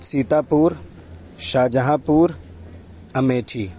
سیتا پور شاہجہاں پور امیٹھی